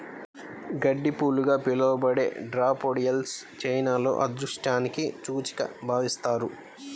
గడ్డిపూలుగా పిలవబడే డాఫోడిల్స్ చైనాలో అదృష్టానికి సూచికగా భావిస్తారు